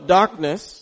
darkness